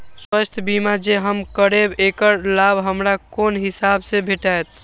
स्वास्थ्य बीमा जे हम करेब ऐकर लाभ हमरा कोन हिसाब से भेटतै?